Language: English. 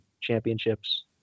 championships